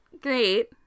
great